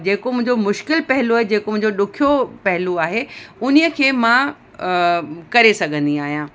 जेको मुंहिंजो मुश्किलु पहिलू आहे जेको मुंहिंजो ॾुखियो पहिलू आहे उन खे मां करे सघंदी आहियां